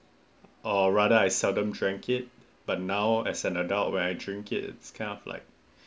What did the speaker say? or rather I seldom drink it but now as an adult when I drink it it's kind of like